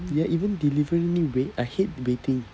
ya even delivery need to wait I hate waiting